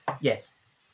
yes